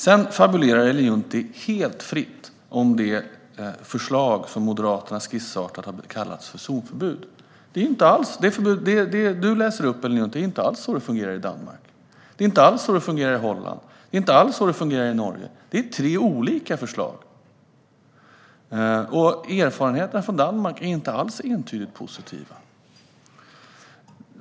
Sedan fabulerar Ellen Juntti helt fritt om det förslag som Moderaterna skissartat har kallat zonförbud. Det är inte alls så som du säger, Ellen Juntti. Det är inte alls så det fungerar i Danmark. Det är inte alls så det fungerar i Holland. Det är inte alls så det fungerar i Norge. Det är tre olika förslag - och erfarenheterna från Danmark är inte alls entydigt positiva.